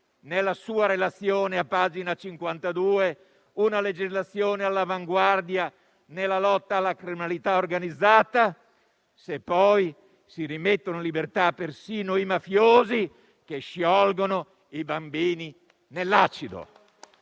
nella sua relazione una legislazione all'avanguardia nella lotta alla criminalità organizzata, se poi si rimettono in libertà persino i mafiosi che sciolgono i bambini nell'acido.